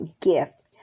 gift